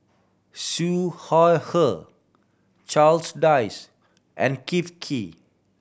Siew Shaw Her Charles Dyce and Kee